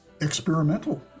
experimental